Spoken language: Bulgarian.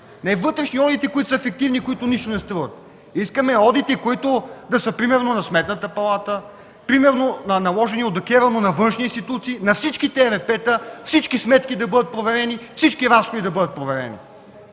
не вътрешни одити, които са фиктивни и които нищо не струват! Искаме одити, които да са примерно на Сметната палата, наложени от ДКЕВР, но на външни институции! На всички ЕРП-та всички сметки да бъдат проверени, всички разходи да бъдат проверени!